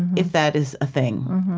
if that is a thing.